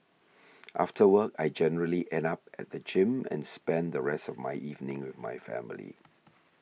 after work I generally end up at the gym and spend the rest of my evening with my family